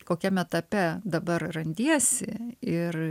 kokiam etape dabar randiesi ir